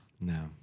No